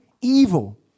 evil